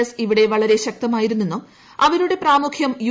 S ഇവിടെ വളരെ ശക്തമായിരുന്നെന്നും അവരുടെ പ്രാമുഖ്യം യു